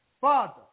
Father